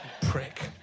Prick